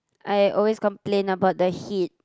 I always complain about the heat